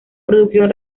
producción